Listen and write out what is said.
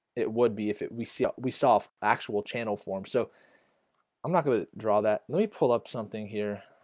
it would be if it we see how we saw actual channel form so i'm not going to draw that let me pull up something here,